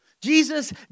Jesus